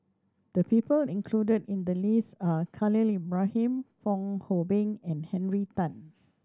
the people included in the list are Khalil Ibrahim Fong Hoe Beng and Henry Tan